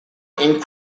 and